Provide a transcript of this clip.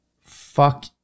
Fuck